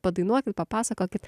padainuokit papasakokit